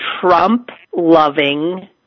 Trump-loving